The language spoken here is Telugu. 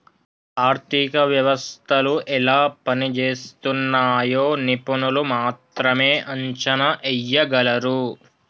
ఆర్థిక వ్యవస్థలు ఎలా పనిజేస్తున్నయ్యో నిపుణులు మాత్రమే అంచనా ఎయ్యగలరు